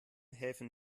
helfen